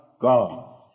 God